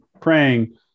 praying